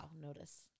notice